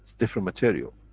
different material.